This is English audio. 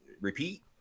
Repeat